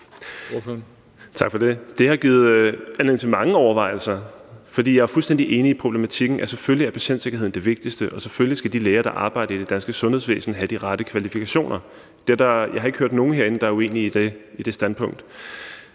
til mange overvejelser, for jeg er fuldstændig enig i problematikken, nemlig at selvfølgelig er patientsikkerheden det vigtigste, og selvfølgelig skal de læger, der arbejder i det danske sundhedsvæsen, have de rette kvalifikationer. Jeg har ikke hørt nogen herinde, der er uenig i det standpunkt.